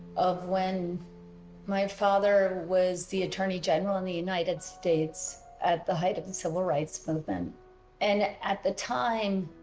of when my father was the attorney general in the united states, at the height of the civil rights movement and at the time